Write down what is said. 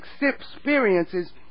experiences